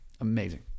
Amazing